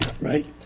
right